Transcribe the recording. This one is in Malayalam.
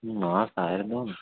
മ് മാസ്സായിരുന്നുവോയെന്ന്